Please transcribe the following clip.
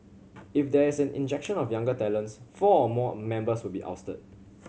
if there is an injection of younger talents four or more members will be ousted